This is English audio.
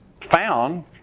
found